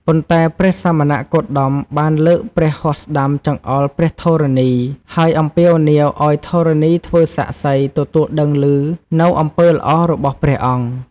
ប៉ុន្តែព្រះសមណគោតមបានលើកព្រះហស្តស្តាំចង្អុលព្រះធរណី ហើយអំពាវនាវឲ្យធរណីធ្វើសាក្សីទទួលដឹងឮនូវអំពើល្អរបស់ព្រះអង្គ។